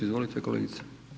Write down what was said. Izvolite kolegice.